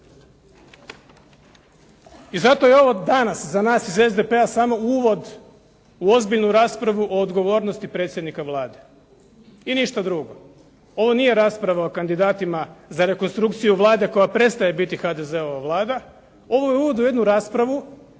I zato je ovo danas za nas iz SDP-a samo uvod u ozbiljnu raspravu o odgovornosti predsjednika Vlade i ništa drugo. Ovo nije rasprava o kandidatima za rekonstrukciju Vlade koja prestaje biti HDZ-ova Vlada, ovo je uvod u jednu raspravu